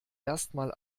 erstmal